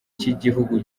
cy’igihugu